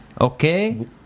okay